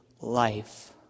life